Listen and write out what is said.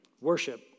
worship